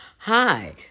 Hi